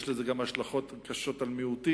יש לזה השלכות קשות גם על מיעוטים,